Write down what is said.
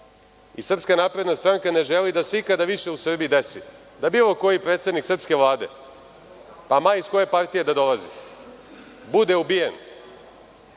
Srpska napredna stranka ne želi da se ikada više u Srbiji desi da bilo koji predsednik srpske Vlade, ma iz koje partije da dolazi, bude ubijen